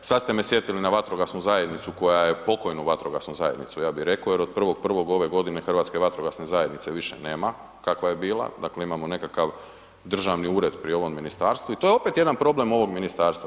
Sada ste me sjetili na vatrogasnu zajednicu koja je, pokojnu vatrogasnu zajednicu ja bih rekao jer od 1.1. ove godine Hrvatske vatrogasne zajednice više nema kakva je bila, dakle imamo nekakav državni ured pri ovom ministarstvu i to je opet jedan problem ovog ministarstva.